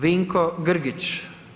Vinko Grgić.